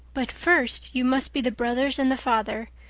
but first you must be the brothers and the father.